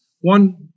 one